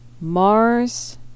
Mars